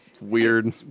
Weird